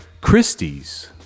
Christie's